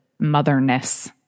motherness